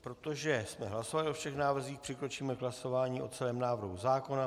Protože jsme hlasovali o všech návrzích, přikročíme k hlasování o celém návrhu zákona.